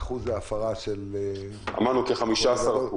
אחוז ההפרה --- אמרנו, כ-15%.